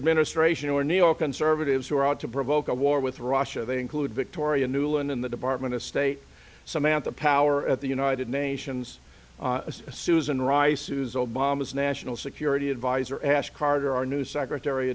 administration or neoconservatives who are out to provoke a war with russia they include victoria nuland in the department of state samantha power at the united nations susan rice who's obama's national security advisor as carter our new secretary